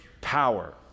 power